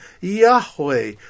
Yahweh